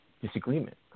disagreement